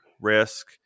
risk